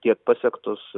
tiek pasiektus